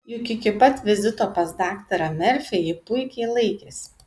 juk iki pat vizito pas daktarą merfį ji puikiai laikėsi